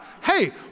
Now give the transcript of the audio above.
hey